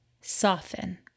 soften